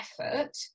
effort